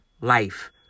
life